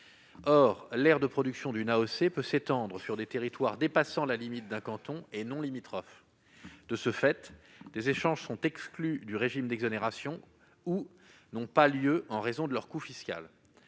appellation d'origine contrôlée (AOC) peut s'étendre sur des territoires dépassant la limite d'un canton et non limitrophes. De ce fait, des échanges sont exclus du régime d'exonération ou n'ont pas lieu en raison de leur coût fiscal.